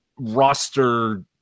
Roster